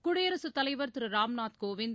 குடியரசு தலைவர் திரு ராம்நாத் கோவிந்த்